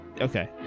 Okay